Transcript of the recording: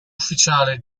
ufficiale